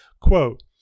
Quote